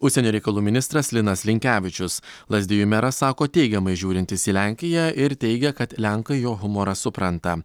užsienio reikalų ministras linas linkevičius lazdijų meras sako teigiamai žiūrintis į lenkiją ir teigia kad lenkai jo humorą supranta